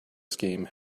scheme